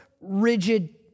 rigid